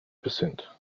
percent